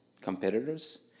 competitors